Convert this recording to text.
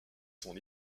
son